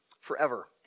forever